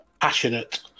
passionate